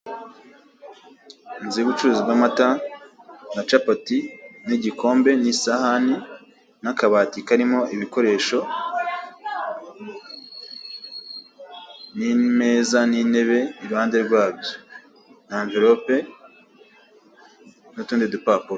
Inzu y'ubucuruzi bw'amata na capati, n'igikombe n'isahani, n'akabati karimo ibikoresho n'imeza n'intebe iruhande rwabyo, na amverope n'utundi dupapuro.